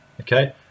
Okay